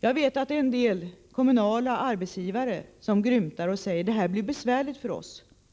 Jag vet att det finns en del kommunala arbetsgivare som grymtar och säger att det här blir besvärligt för oss.